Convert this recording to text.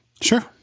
Sure